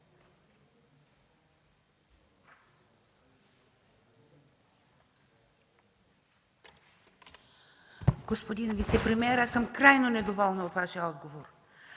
Господин вицепремиер, аз съм крайно недоволна от Вашия отговор!